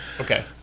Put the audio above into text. Okay